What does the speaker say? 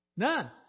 None